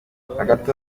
hagati